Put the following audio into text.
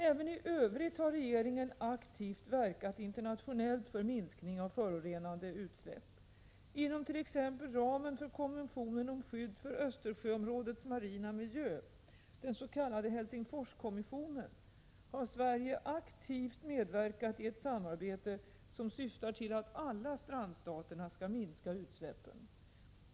Även i övrigt har regeringen aktivt verkat internationellt för minskning av förorenade utsläpp. Inom t.ex. ramen för konventionen om skydd för Östersjöområdets marina miljö, den s.k. Helsingforskommissionen, har Sverige aktivt medverkat i ett samarbete som syftar till att alla strandstaterna skall minska utsläppen.